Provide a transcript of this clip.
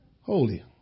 holy